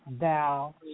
thou